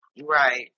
right